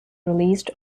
released